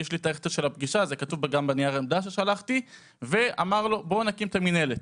זה כתוב גם בנייר העמדה ששלחתי ואמר בוא נקים את המנהלת.